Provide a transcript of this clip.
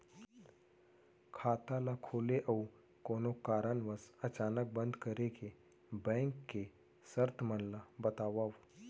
खाता ला खोले अऊ कोनो कारनवश अचानक बंद करे के, बैंक के शर्त मन ला बतावव